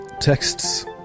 texts